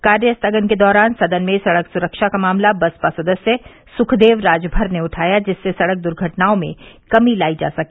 कार्य स्थगन के दौरान सदन में सड़क सुरक्षा का मामला बसपा सदस्य सुखदेव राजभर ने उठाया जिससे सड़क दुर्घटनाओं में कमी लाई जा सके